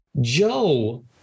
Joe